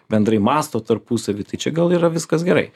bendrai mąsto tarpusavy tai čia gal yra viskas gerai